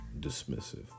dismissive